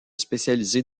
spécialisé